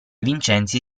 vincenzi